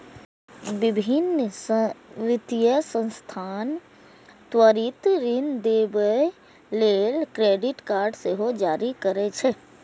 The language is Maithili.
विभिन्न वित्तीय संस्थान त्वरित ऋण देबय लेल क्रेडिट कार्ड सेहो जारी करै छै